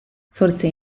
forse